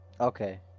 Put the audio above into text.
Okay